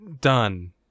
done